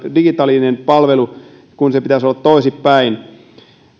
digitaalinen palvelu sen pitäisi olla toisinpäin